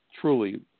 Truly